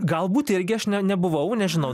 galbūt irgi aš ne nebuvau nežinau